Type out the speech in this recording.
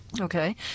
Okay